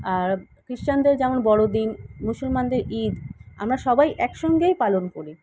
আর ক্রিশ্চানদের যেমন বড়দিন মুসলমানদের ঈদ আমরা সবাই একসঙ্গেই পালন করি